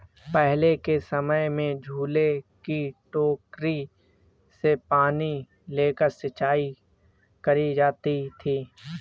पहले के समय में झूले की टोकरी से पानी लेके सिंचाई करी जाती थी